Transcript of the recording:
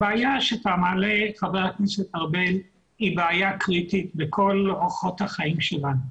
הבעיה שאתה מעלה חה"כ ארבל היא בעיה קריטית בכל אורחות החיים שלנו.